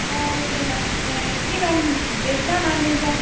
ஆ okay ma'am எப்படி ma'am வெஜ்ஜா நான் வெஜ்ஜா